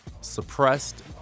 suppressed